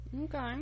okay